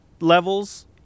levels